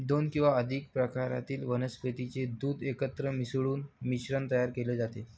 दोन किंवा अधिक प्रकारातील वनस्पतीचे दूध एकत्र मिसळून मिश्रण तयार केले जाते